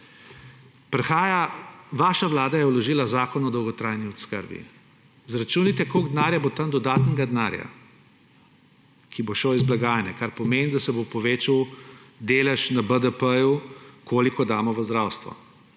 problem. Vaša vlada je vložila zakon o dolgotrajni oskrbi. Izračunajte, koliko denarja bo tam dodatnega denarja, ki bo šel iz blagajne, kar pomeni, da se bo povečal delež na BDP-ju, koliko damo v zdravstvo,